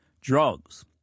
drugs